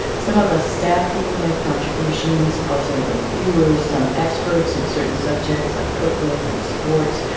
some of us staff people make contributions. also, our reviewers, some experts in certain subjects, like cookbooks and sports.